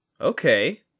Okay